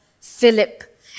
Philip